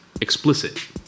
explicit